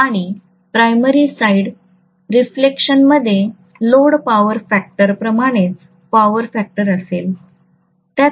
आणि primary side रिफ्लेक्शनमध्ये load power factor प्रमाणेच पॉवर फॅक्टर असेल